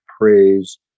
praise